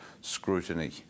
scrutiny